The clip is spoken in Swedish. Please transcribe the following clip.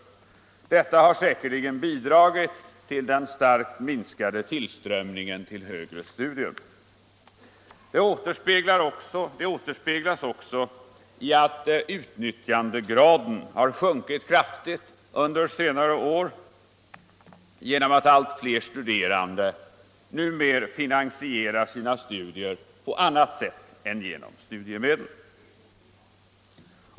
Detta har säkerligen bidragit till den starkt minskade tillströmningen till högre studier. Det återspeglas också i att utnyttjandegraden har sjunkit kraftigt under senare år genom att allt fler studerande numera finansierar sina studier på annat sätt än genom studiemedel.